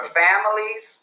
families